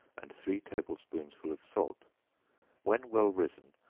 and three table-spoonsful of salt when well risen,